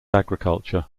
agriculture